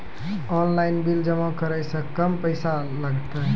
Online bill जमा करै से कम पैसा लागतै?